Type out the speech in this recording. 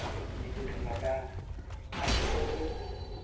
बिदिनो जोथोन लाब्ला फाननायफ्रावबो